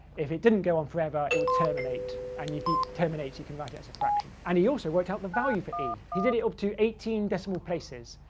if it didn't go on forever, it would terminate, and if you terminate you can write it as a fraction. and he also worked out the value for e. he did it up to eighteen decimal places.